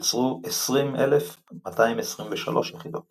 יוצרו 20,223 יחידות